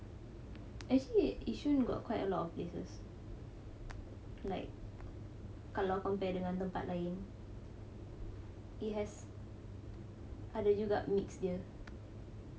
actually yishun got quite a lot of places like kalau compare dengan tempat lain it has ada juga mix dia